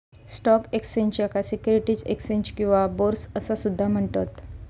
stock exchange, याका securities exchange किंवा bourse असा सुद्धा म्हणतत